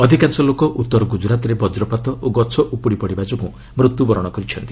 ଅଧିକାଂଶ ଲୋକ ଉତ୍ତର ଗୁଜରାତରେ ବକ୍ରପାତ ଓ ଗଛ ଉପୁଡ଼ି ପଡ଼ିବା ଯୋଗୁଁ ମୃତ୍ୟୁ ବରଣ କରିଛନ୍ତି